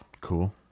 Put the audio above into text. Cool